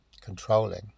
controlling